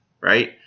right